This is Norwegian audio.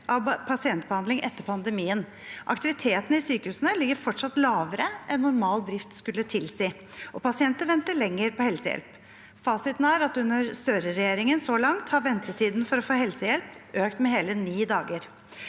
i pasientbe handlingen etter pandemien. Aktiviteten i sykehusene ligger fortsatt lavere enn normal drift skulle tilsi, og pasienter venter lenger på helsehjelp. Fasiten er at under Støre-regjeringen så langt har ventetiden for å få helsehjelp økt med hele ni dager.